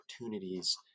opportunities